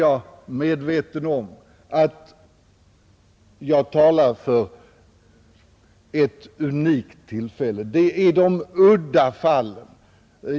Jag är medveten om att jag talar för ett unikt tillfälle — om de udda fallen.